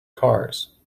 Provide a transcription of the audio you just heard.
cars